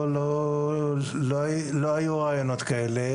לא היו רעיונות כאלה,